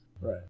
Right